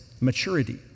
maturity